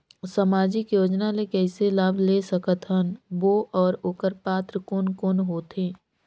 समाजिक योजना ले कइसे लाभ ले सकत बो और ओकर पात्र कोन कोन हो थे?